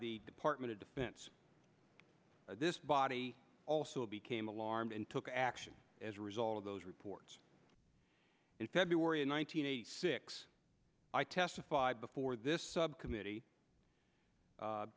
the department of defense this body also became alarmed and took action as a result of those reports in february of one nine hundred eighty six i testified before this subcommittee